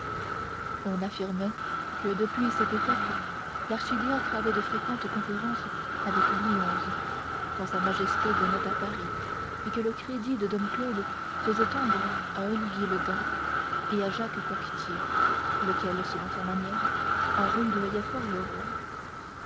on affirmait que depuis cette époque l'archidiacre avait de fréquentes conférences avec louis xi quand sa majesté venait à paris et que le crédit de dom claude faisait ombre à olivier le daim et à jacques coictier lequel selon sa manière en rudoyait fort le